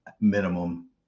minimum